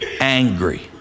angry